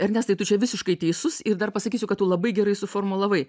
ernestai tu čia visiškai teisus ir dar pasakysiu kad tu labai gerai suformulavai